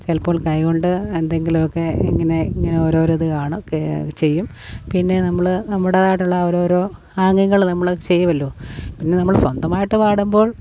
ചിലപ്പോൾ കൈ കൊണ്ട് എന്തെങ്കിലുമൊക്കെ ഇങ്ങനെ ഇങ്ങനെ ഓരോ ഓരോ ഇത് കാണുക ഒക്കെ ചെയ്യും പിന്നെ നമ്മൾ നമ്മുടേതായിട്ടുള്ള ഓരോ ഓരോ ആംഗ്യങ്ങൾ നമ്മൾ ചെയ്യുമല്ലോ പിന്നെ നമ്മൾ സ്വന്തമായിട്ട് പാടുമ്പോൾ